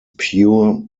pure